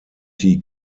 die